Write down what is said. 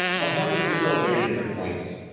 the harvest is celebrated at different points,